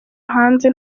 hanze